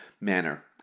manner